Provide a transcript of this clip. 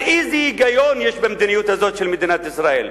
אז, איזה היגיון יש במדיניות הזאת של מדינת ישראל?